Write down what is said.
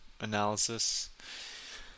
analysis